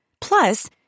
Plus